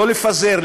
לא לפזר,